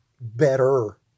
better